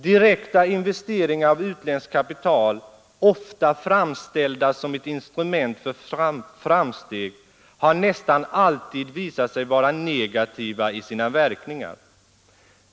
Direkta investeringar av utländskt kapital, ofta framställda som ett instrument för framsteg, har nästan alltid visat sig vara negativa i sina verkningar.